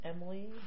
Emily